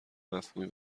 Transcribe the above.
مفهومی